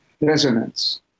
Resonance